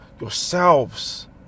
Yourselves